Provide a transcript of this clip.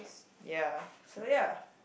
ya so ya